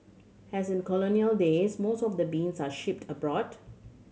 as in colonial days most of the beans are shipped abroad